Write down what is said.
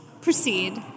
Proceed